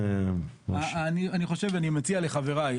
אני מציע לחבריי,